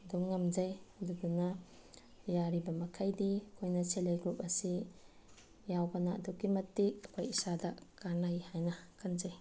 ꯑꯗꯨꯝ ꯉꯝꯖꯩ ꯑꯗꯨꯗꯨꯅ ꯌꯥꯔꯤꯕ ꯃꯈꯩꯗꯤ ꯑꯩꯈꯣꯏꯅ ꯁꯦꯜꯐ ꯍꯦꯜꯞ ꯒ꯭ꯔꯨꯞ ꯑꯁꯤ ꯌꯥꯎꯕꯅ ꯑꯗꯨꯛꯀꯤ ꯃꯇꯤꯛ ꯑꯩꯈꯣꯏ ꯏꯁꯥꯗ ꯀꯥꯟꯅꯩ ꯍꯥꯏꯅ ꯈꯟꯖꯩ